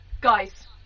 guys